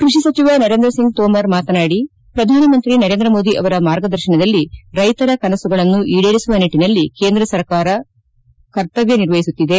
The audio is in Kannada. ಕೃಷಿ ಸಚಿವ ನರೇಂದ್ರ ಸಿಂಗ್ ತೋಮರ್ ಮಾತನಾಡಿ ಪ್ರಧಾನಮಂತ್ರಿ ನರೇಂದ್ರ ಮೋದಿ ಅವರ ಮಾರ್ಗದರ್ಶನದಲ್ಲಿ ರೈತರ ಕನಸುಗಳನ್ನು ಈಡೇರಿಸುವ ನಿಟ್ಟನಲ್ಲಿ ಕೇಂದ್ರ ಸರ್ಕಾರ ಕರ್ತವ್ಯ ನಿರ್ವಹಿಸುತ್ತಿದೆ